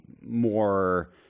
more